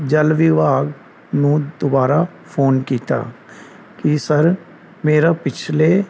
ਜਲ ਵਿਭਾਗ ਨੂੰ ਦੁਬਾਰਾ ਫੋਨ ਕੀਤਾ ਕਿ ਸਰ ਮੇਰਾ ਪਿਛਲੇ